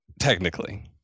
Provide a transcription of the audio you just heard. technically